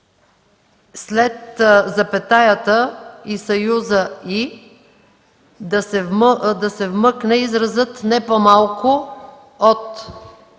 след запетаята, и съюзът „и” да се вмъкне изразът „не по-малко от”.